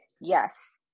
yes